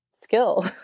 skill